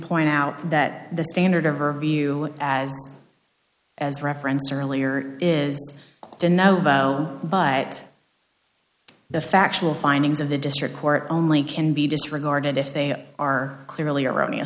point out that the standard of review as as referenced earlier is denote but the factual findings of the district court only can be disregarded if they are clearly erroneous